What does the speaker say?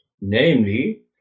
Namely